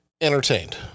entertained